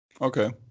Okay